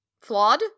flawed